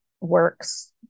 works